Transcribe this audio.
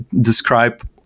describe